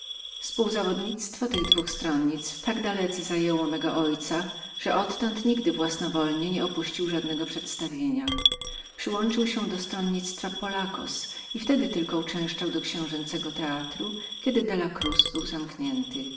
wygwizdać spółzawodnictwo tych dwóch stronnictw tak dalece zajęło mego ojca że odtąd nigdy własnowolnie nieopuścił żadnego widowiska wkrótce przyłączył się do stronnictwa pollacos i wtedy tylko uczęszczał do królewskiego teatru kiedy della cruz był zamknięty